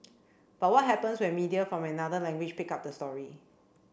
but what happens when media from another language pick up the story